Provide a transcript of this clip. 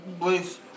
please